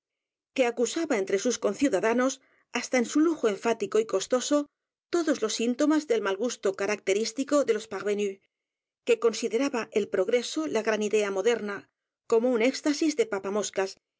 que acusaba entre sus conciudadanos h a s t a en su lujo enfático y costoso todos los síntomas del mal g u s t o característico de los parvenus que consideraba el p r o g r e s o la g r a n idea moderna como un éxtasis de papa moscas